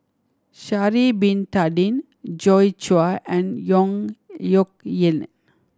Sha'ari Bin Tadin Joi Chua and Yong Nyuk Lin